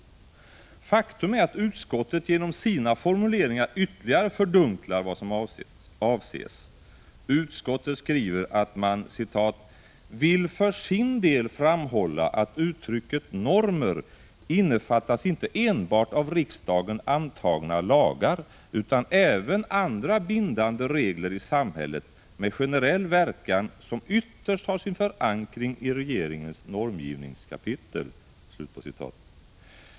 Faktum är att utskottet genom sina formuleringar ytterligare fördunklar vad som avses. Utskottet skriver att man ”vill för sin del framhålla att i uttrycket ”normer” innefattas inte enbart av riksdagen antagna lagar utan även andra bindande regler i samhället med generell verkan som ytterst har sin förankring i regeringens normgivningskapitel”.